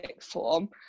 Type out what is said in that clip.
form